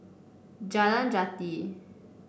Jalan Jati